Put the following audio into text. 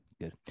good